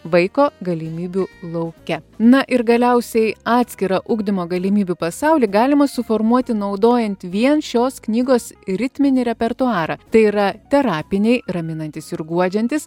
vaiko galimybių lauke na ir galiausiai atskirą ugdymo galimybių pasaulį galima suformuoti naudojant vien šios knygos ritminį repertuarą tai yra terapiniai raminantys ir guodžiantys